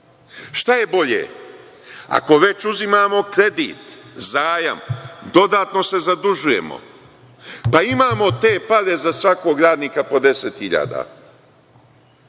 šta je bolje ako već uzimamo kredit, zajam, dodatno se zadužujemo, pa imamo te pare za svakog radnika po deset